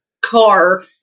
car